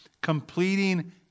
completing